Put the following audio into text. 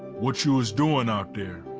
what you was doing out there?